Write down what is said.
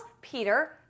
Peter